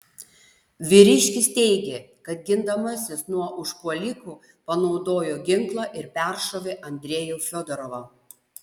vyriškis teigė kad gindamasis nuo užpuolikų panaudojo ginklą ir peršovė andrejų fiodorovą